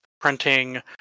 printing